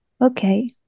Okay